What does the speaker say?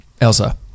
Elsa